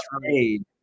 made